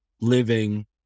living